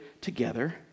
together